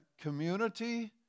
community